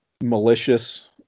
malicious